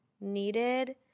needed